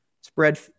Spread